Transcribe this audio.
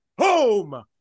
home